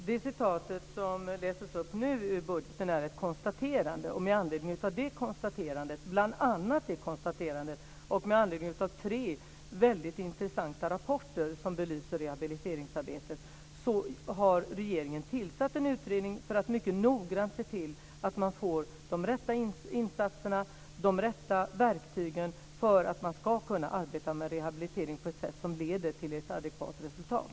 Fru talman! Det som lästes upp ur budgeten är ett konstaterande. Med anledning av bl.a. det konstaterandet och med anledning av tre mycket intressanta rapporter som belyser rehabiliteringsarbetet har regeringen tillsatt en utredning för att mycket noggrant se till att man får de rätta insatserna, de rätta verktygen för att man ska kunna arbeta med rehabilitering på ett sätt som leder till ett adekvat resultat.